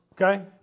Okay